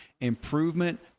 Improvement